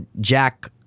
Jack